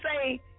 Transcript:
say